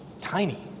tiny